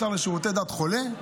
השר לשירותי דת חולה,